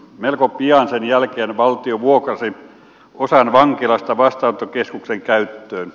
melko pian sen jälkeen valtio vuokrasi osan vankilasta vastaanottokeskuksen käyttöön